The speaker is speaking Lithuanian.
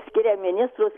skiria ministrus